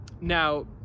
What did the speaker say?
Now